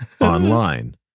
online